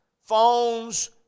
phones